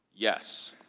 yes.